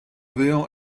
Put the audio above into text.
vezañ